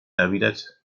erwidert